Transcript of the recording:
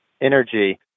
energy